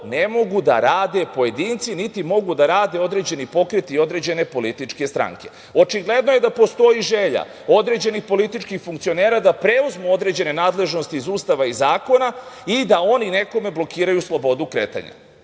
ne mogu da rade pojedinci, niti mogu da rade određeni pokreti i određene političke stranke. Očigledno je da postoji želja određenih političkih funkcionera da preuzmu određene nadležnosti iz Ustava i zakona i da oni nekome blokiraju slobodu kretanja.